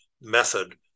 method